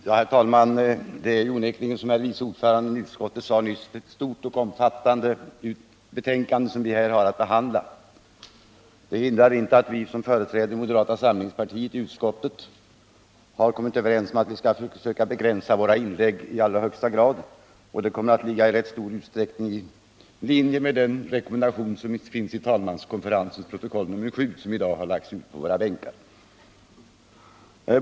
Herr talman! Det är onekligen så som vice ordföranden i utskottet nyss sade, att det är ett stort och omfattande betänkande vi här har att behandla. Det har emellertid inte hindrat oss som företräder moderata samlingspartiet i utskottet att komma överens om att försöka begränsa våra inlägg i allra högsta grad. Detta ligger också i linje med den rekommendation som finns i talmanskonferensens protokoll nr 7, som i dag lagts ut på våra bänkar.